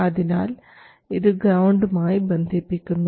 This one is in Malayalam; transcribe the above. അതിനാൽ ഇത് ഗ്രൌണ്ടും ആയി ബന്ധിപ്പിക്കുന്നു